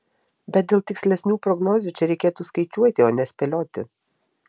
bet dėl tikslesnių prognozių čia reikėtų skaičiuoti o ne spėlioti